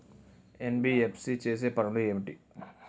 NBFC చేసే పనులు ఏమిటి?